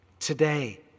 Today